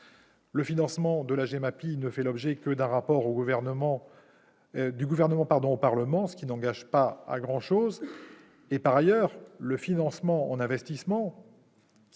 au financement de la GEMAPI, il ne fait l'objet que d'un rapport du Gouvernement au Parlement, ce qui n'engage pas à grand-chose ... Par ailleurs, le financement en investissement